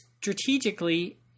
strategically